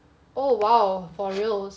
oh !wow! for real